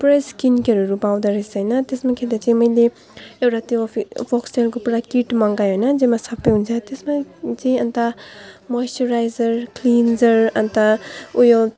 पुरै स्किन केयरहरू पाउँदो रहेछ होइन त्यसमा किन्दा चाहिँ मैले एउटा त्यो फ फोक्सटेलको पुरा किट मगाएँ होइन जसमा सबै हुन्छ त्यसमा चाहिँ अन्त मोइस्चराइर क्लिन्जर अन्त ऊ यो